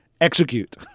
execute